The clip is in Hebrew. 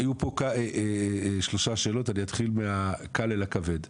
היו פה שלוש שאלות, אני אתחיל מהקל אל הכבד.